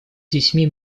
детьми